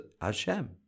Hashem